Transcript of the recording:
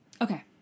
Okay